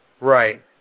Right